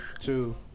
two